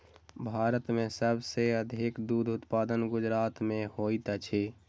भारत में सब सॅ अधिक दूध उत्पादन गुजरात में होइत अछि